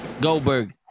Goldberg